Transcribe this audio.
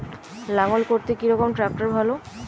লাঙ্গল করতে কি রকম ট্রাকটার ভালো?